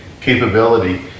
capability